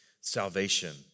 salvation